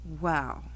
wow